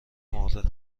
مرده